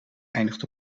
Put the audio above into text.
eindigt